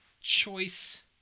choice